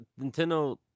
Nintendo